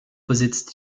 besitzt